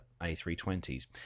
A320s